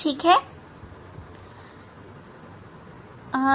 ठीक है मुझे खेद है